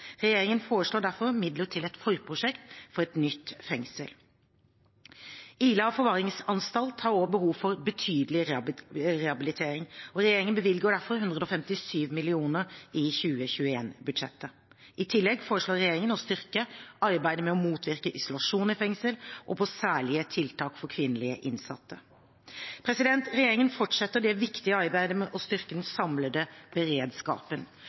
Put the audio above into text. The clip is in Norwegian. Regjeringen foreslår derfor midler til et forprosjekt for et nytt fengsel. Ila forvaringsanstalt har også behov for betydelig rehabilitering, og regjeringen bevilger derfor 157 mill. kr i 2021-budsjettet. I tillegg foreslår regjeringen å styrke arbeidet med å motvirke isolasjon i fengsel og særlige tiltak for kvinnelig innsatte. Regjeringen fortsetter det viktige arbeidet med å styrke den samlede beredskapen.